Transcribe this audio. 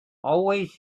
always